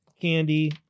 candy